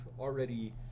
already